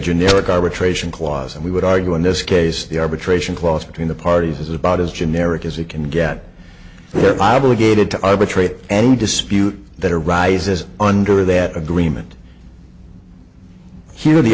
generic arbitration clause and we would argue in this case the arbitration clause between the parties is about as generic as it can get there by obligated to arbitrate any dispute that arises under that agreement here